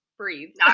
breathe